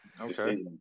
Okay